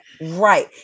right